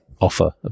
offer